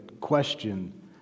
question